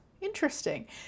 Interesting